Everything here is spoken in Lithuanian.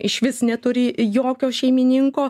išvis neturi jokio šeimininko